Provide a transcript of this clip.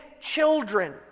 children